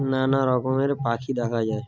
নানা রকমের পাখি দেখা যায়